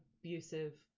abusive